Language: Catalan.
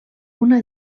una